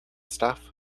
stuff